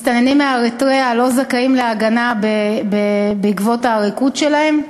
מסתננים מאריתריאה לא זכאים להגנה בעקבות העריקות שלהם.